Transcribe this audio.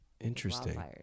interesting